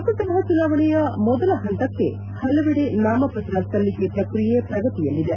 ಲೋಕಸಭಾ ಚುನಾವಣೆಯ ಮೊದಲ ಹಂತಕ್ಕೆ ಹಲವಡೆ ನಾಮಪತ್ರ ಸಲ್ಲಿಕೆ ಪ್ರಕ್ರಿಯೆ ಪ್ರಗತಿಯಲ್ಲಿದೆ